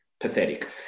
pathetic